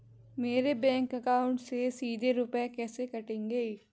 मेरे bank account से सीधे रुपए कैसे कटेंगे?